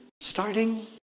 starting